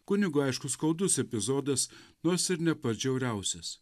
kunigui aišku skaudus epizodas nors ir ne pats žiauriausias